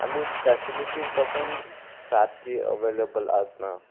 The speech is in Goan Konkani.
आनी फॅसिलिटीज पासून सारकी अवेलेबल आसना